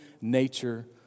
nature